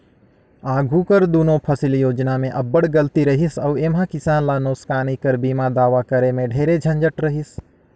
आघु कर दुनो फसिल योजना में अब्बड़ गलती रहिस अउ एम्हां किसान ल नोसकानी कर बीमा दावा करे में ढेरे झंझट रहिस